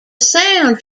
sound